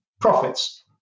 profits